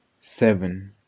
Seven